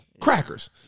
Crackers